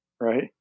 right